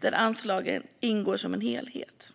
där anslagen ingår som en helhet.